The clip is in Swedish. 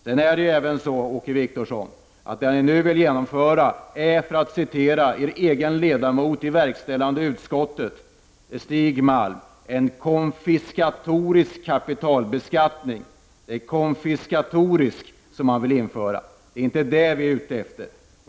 Sedan är det väl så, Åke Wictorsson, att ni vill genomföra, för att citera er egen ledamot i verkställande utskottet Stig Malm, en konfiskatorisk kapitalbeskattning. Det är inte vad vi är ute efter.